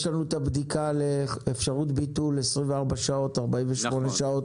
יש לנו את הבדיקה על אפשרות ביטול של 24 שעות או 48 שעות,